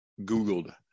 Googled